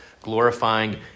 glorifying